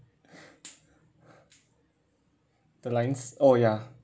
the lines oh ya